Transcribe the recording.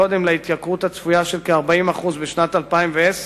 קודם להתייקרות הצפויה של 40% בשנת 2010,